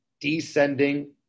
descending